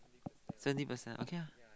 seventy percent okay ah